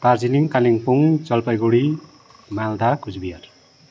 Darjeeling Kalimpong Jalpaiguri Malda Cooch Behar